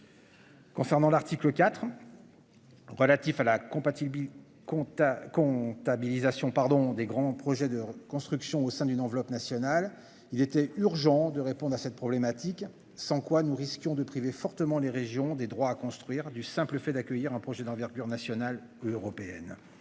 Concernant l'article IV. Relatif à la compatibilité compta qu'on stabilisation pardon des grands projets de construction au sein d'une enveloppe nationale il était urgent de répondre à cette problématique, sans quoi nous risquons de priver fortement les régions des droits à construire, du simple fait d'accueillir un projet d'envergure nationale européenne.